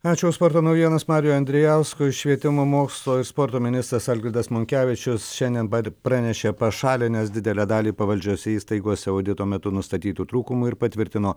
ačiū sporto naujienos mariui andrijauskui švietimo mokslo ir sporto ministras algirdas monkevičius šiandien pat pranešė pašalinęs didelę dalį pavaldžiose įstaigose audito metu nustatytų trūkumų ir patvirtino